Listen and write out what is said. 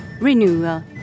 renewal